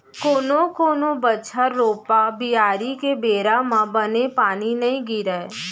कोनो कोनो बछर रोपा, बियारी के बेरा म बने पानी नइ गिरय